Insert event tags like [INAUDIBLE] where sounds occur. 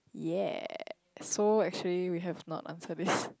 yea so actually we have not answered this [BREATH]